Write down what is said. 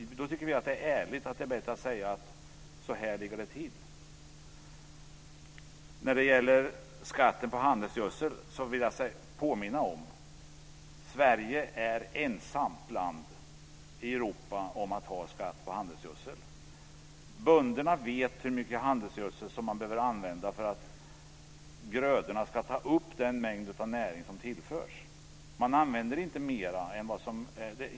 Då tycker vi att det är ärligare och bättre att säga hur det ligger till. När det gäller skatten på handelsgödsel vill jag påminna om att Sverige är ensamt i Europa om att ha skatt på handelsgödsel. Bönderna vet hur mycket handelsgödsel som de behöver använda för att grödorna ska ta upp den mängd näring som tillförs.